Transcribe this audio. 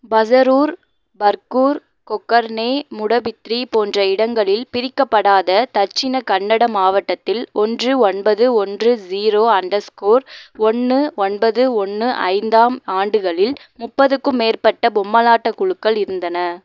பஸரூர் பர்கூர் கொக்கர்னே முடபித்ரி போன்ற இடங்களில் பிரிக்கப்படாத தட்சிண கன்னட மாவட்டத்தில் ஒன்று ஒன்பது ஒன்று ஜீரோ அண்டர்ஸ்கோர் ஒன்று ஒன்பது ஒன்று ஐந்தாம் ஆண்டுகளில் முப்பதுக்கும் மேற்பட்ட பொம்மலாட்ட குழுக்கள் இருந்தன